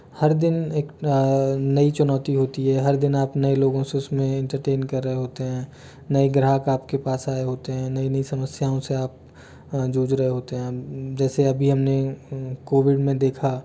हर दिन एक नई चुनौती होती है हर दिन आप नए लोगों से उसमें इंटेरटेन कर रहे होते है नए ग्राहक आपके पास आए होते है नई नई समस्याओं से आप जूझ रहे होते हैं जैसे अभी हमने कोविड में देखा